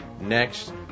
next